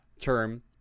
term